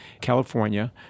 California